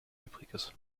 übriges